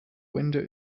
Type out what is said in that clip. window